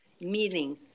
meaning